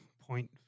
point